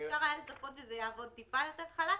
אפשר היה לצפות שזה יעבוד טיפה יותר חלק.